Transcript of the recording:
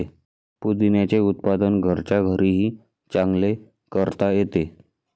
पुदिन्याचे उत्पादन घरच्या घरीही चांगले करता येते